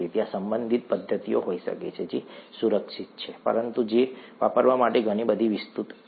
ત્યાં સંબંધિત પદ્ધતિઓ હોઈ શકે છે જે સુરક્ષિત છે પરંતુ જે વાપરવા માટે ઘણી વધુ વિસ્તૃત છે